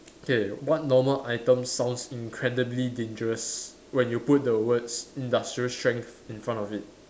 okay what normal items sounds incredibly dangerous when you put the words industrial strength in front of it